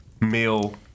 male